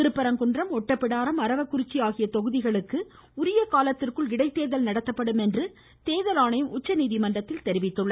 திருப்பரங்குன்றம் ஒட்டப்பிடாரம் அரவக்குறிச்சி ஆகிய தொகுதிகளுக்கும் உரிய காலத்திற்குள் இடைத்தேர்தல் நடத்தப்படும் என்று தேர்தல் உச்சநீதிமன்றத்தில் தெரிவித்துள்ளது